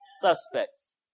suspects